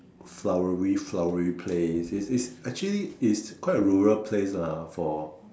flowery flowery place is is actually is quite a rural place ah for